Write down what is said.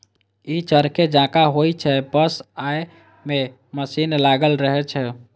ई चरखे जकां होइ छै, बस अय मे मशीन लागल रहै छै